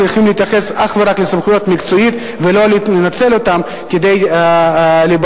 הם צריכים להתייחס אך ורק לסמכות מקצועית ולא לנצל אותה כדי להיבחר,